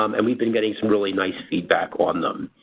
um and we've been getting some really nice feedback on them.